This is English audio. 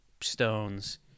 stones